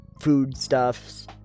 foodstuffs